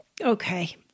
Okay